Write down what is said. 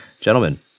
Gentlemen